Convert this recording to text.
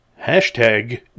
hashtag